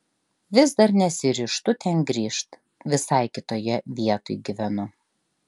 vis dar nesiryžtu ten grįžt visai kitoje vietoj gyvenu